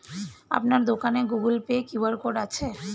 আপনার দোকানে Google Pay QR code আছে?